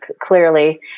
clearly